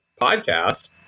podcast